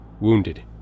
Wounded